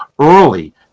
early